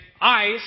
ice